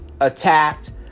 attacked